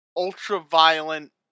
ultra-violent